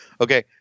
Okay